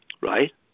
Right